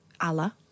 Allah